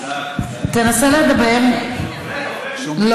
סגנית היושב-ראש, המיקרופון.